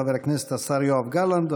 חבר הכנסת השר יואב גלנט,